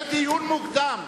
זה דיון מוקדם.